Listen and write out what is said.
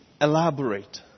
elaborate